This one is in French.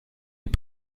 est